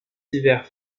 hivers